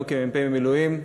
גם כמ"פ במילואים,